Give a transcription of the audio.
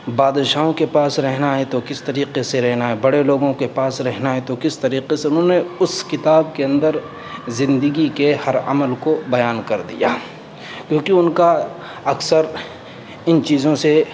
بادشاہوں کے پاس رہنا ہے تو کس طریقے سے رہنا ہے بڑے لوگوں کے پاس رہنا ہے تو کس طریقے سے انہوں نے اس کتاب کے اندر زندگی کے ہر عمل کو بیان کر دیا کیونکہ ان کا اکثر ان چیزوں سے